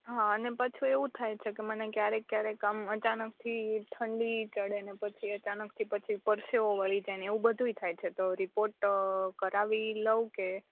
હા ને પાછું એવું થાયે છે મને ક્યારેક ક્યારેક આમ અચાનકથી ઠંડી ચડે ને પછી અચાનકથી પછી પરસેવો વરી જાયે ને એવું બધુએ થાયે છે રિપોર્ટ કરાવી લ્યુ કે